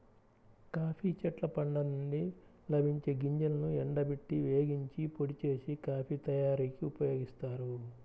coffee చెట్ల పండ్ల నుండి లభించే గింజలను ఎండబెట్టి, వేగించి, పొడి చేసి, కాఫీ తయారీకి ఉపయోగిస్తారు